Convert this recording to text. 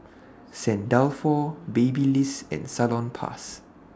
Saint Dalfour Babyliss and Salonpas